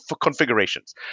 configurations